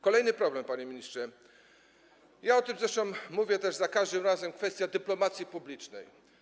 Kolejny problem, panie ministrze - ja o tym zresztą mówię za każdym razem - to kwestia dyplomacji publicznej.